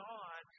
God